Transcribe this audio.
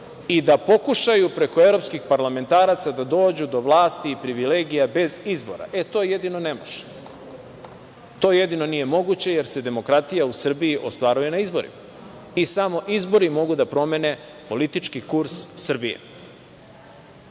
i da pokušaju preko evropskih parlamentaraca da dođu do vlasti i privilegija bez izbora. E to jedino ne može. To jedino nije moguće, jer se demokratija u Srbiji ostvaruje na izborima i samo izbori mogu da promene politički kurs